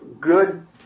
Good